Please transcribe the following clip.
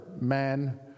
man